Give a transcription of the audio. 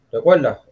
Recuerda